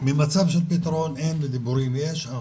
ממצב של פתרון אין ודיבורים יש אנחנו